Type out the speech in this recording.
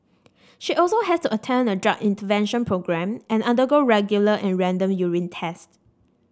she also has to attend a drug intervention programme and undergo regular and random urine tests